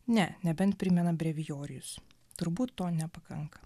ne nebent primena brevijorius turbūt to nepakanka